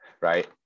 right